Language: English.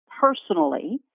personally